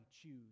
choose